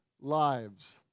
lives